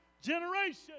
Generation